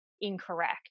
incorrect